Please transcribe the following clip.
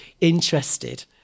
interested